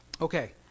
Okay